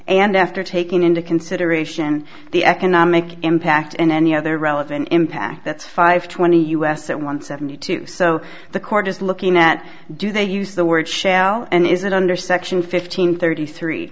and after taking into consideration the economic impact and any other relevant impact that's five twenty us at one seventy two so the court is looking at do they use the word shall and is it under section fifteen thirty three